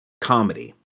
comedy